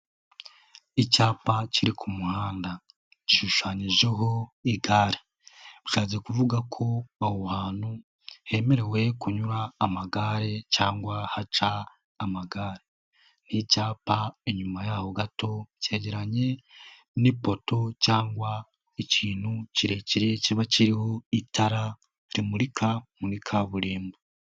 Icyapa kiri ku muhanda gishushanyijeho igare, bishatse kuvuga ko aho hantu hemerewe kunyura amagare cyangwa haca amagare. Ni icyapa inyuma yaho gato kegeranye n'ipoto cyangwa ikintu kirekire kiba kiriho itara rimurika muri kaburimbo.